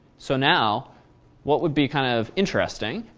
so now what would be kind of interesting?